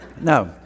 No